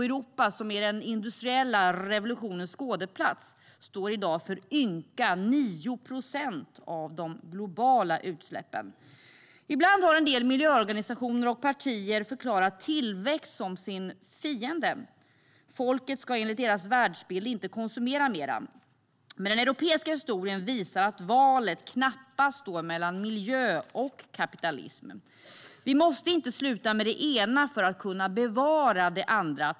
Europa, som är den industriella revolutionens skådeplats, står i dag för ynka 9 procent av de globala utsläppen. Ibland har en del miljöorganisationer och partier förklarat tillväxt som sin fiende. Folket ska enligt deras världsbild inte konsumera mera. Men den europeiska historien visar att valet knappast står mellan miljö och kapitalism. Vi måste inte sluta med det ena för att kunna bevara det andra.